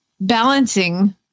balancing